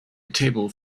table